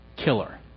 killer